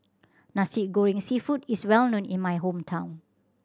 Nasi Goreng Seafood is well known in my hometown